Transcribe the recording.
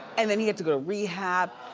and then he had to go to rehab,